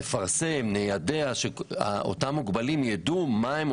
נפרסם וניידע כדי שאותם מוגבלים ידעו איזה